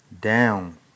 down